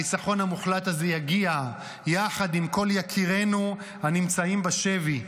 הניצחון המוחלט הזה יגיע יחד עם כל יקירינו הנמצאים בשבי.